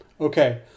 okay